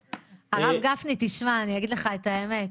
הרב גפני תשמע, אני אגיד לך את האמת,